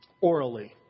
orally